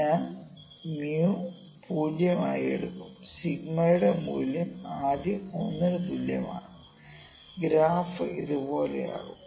ഞാൻ '𝛍' 0 ആയി എടുക്കും സിഗ്മയുടെ𝞂 മൂല്യം ആദ്യം 1 ന് തുല്യമാണ് ഗ്രാഫ് ഇതുപോലെയാകും